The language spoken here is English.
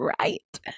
right